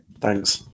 Thanks